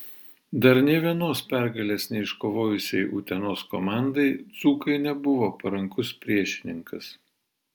dar nė vienos pergalės neiškovojusiai utenos komandai dzūkai nebuvo parankus priešininkas